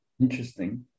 Interesting